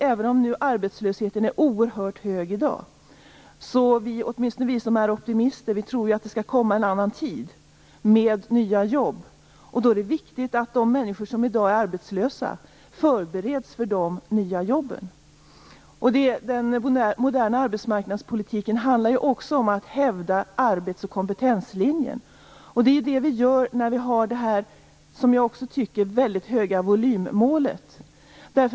Även om arbetslösheten är oerhört hög i dag tror åtminstone vi som är optimister att det skall komma en annan tid med nya jobb, och då är det viktigt att de människor som i dag är arbetslösa förbereds för de nya jobben. Den moderna arbetsmarknadspolitiken handlar ju också om att hävda arbets och kompetenslinjen. Det är det vi gör med det väldigt höga - jag håller med om det - volymmålet.